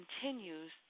Continues